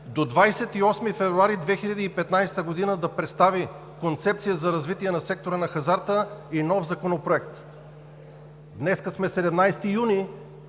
до 28 февруари 2015 г. да представи концепция за развитие на сектора на хазарта и нов законопроект. Днес сме 17 юни